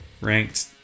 Ranked